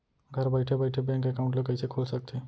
घर बइठे बइठे बैंक एकाउंट ल कइसे खोल सकथे?